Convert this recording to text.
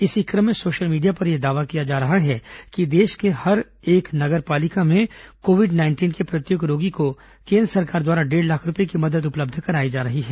इसी क्रम में सोशल मीडिया पर यह दावा किया जा रहा है कि देश के हर एक नगर पालिका में कोविड नाइंटिन के प्रत्येक रोगी को केंद्र सरकार द्वारा डेढ लाख रूपये की मदद उपलब्ध कराई जा रही है